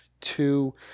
two